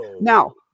Now